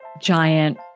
giant